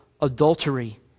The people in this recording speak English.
adultery